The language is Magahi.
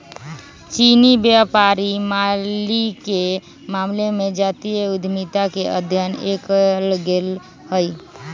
चीनी व्यापारी मालिके मामले में जातीय उद्यमिता के अध्ययन कएल गेल हइ